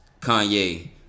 Kanye